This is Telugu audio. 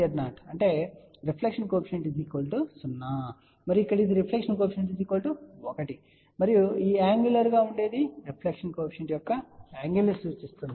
ఇక్కడ Zin Z0 అంటే రిఫ్లెక్షన్ కోఎఫిషియంట్ 0 మరియు ఇక్కడ ఇది రిఫ్లెక్షన్ కోఎఫిషియంట్ 1 మరియు ఈ యాంగులర్ గా ఉండేది రిఫ్లెక్షన్ కోఎఫిషియంట్ యొక్క యాంగిల్ ను ఇస్తుంది